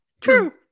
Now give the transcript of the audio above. True